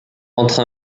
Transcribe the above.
entre